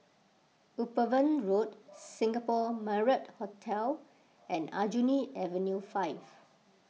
Upavon Road Singapore Marriott Hotel and Aljunied Avenue five